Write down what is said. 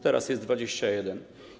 Teraz jest 21.